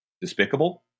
despicable